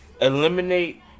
Eliminate